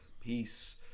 Peace